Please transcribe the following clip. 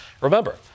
Remember